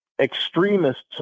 extremists